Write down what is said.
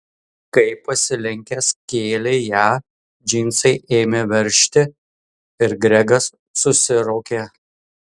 kai pasilenkęs kėlė ją džinsai ėmė veržti ir gregas susiraukė